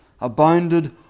abounded